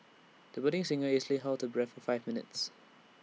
the budding singer easily held her breath for five minutes